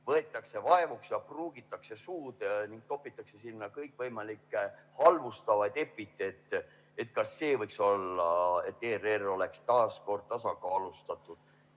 võetakse ikkagi vaevaks ja pruugitakse suud ning topitakse sinna kõikvõimalikke halvustavaid epiteete. Kas võiks olla nii, et ERR oleks taas tasakaalustatud?